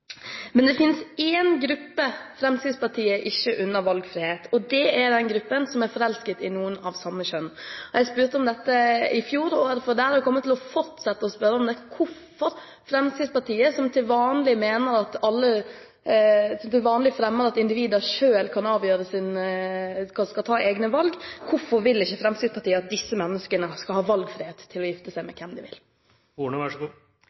Men det finnes én gruppe som Fremskrittspartiet ikke unner valgfrihet. Det er den gruppen som er forelsket i en av samme kjønn. Jeg spurte om dette i fjor, og jeg kommer til å fortsette å spørre om hvorfor Fremskrittspartiet, som til vanlig fremmer at individer selv skal ta egne valg, ikke vil at disse menneskene skal ha valgfrihet til å gifte